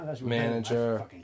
manager